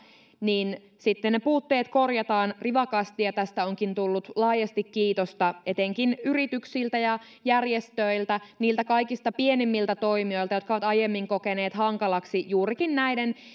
niin sitten ne puutteet korjataan rivakasti tästä onkin tullut laajasti kiitosta etenkin yrityksiltä ja järjestöiltä niiltä kaikista pienimmiltä toimijoilta jotka ovat aiemmin kokeneet hankalaksi juurikin näiden